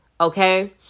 okay